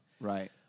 Right